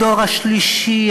הדור השלישי,